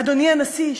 אדוני הנשיא,